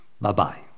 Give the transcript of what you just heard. Bye-bye